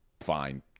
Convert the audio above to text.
fine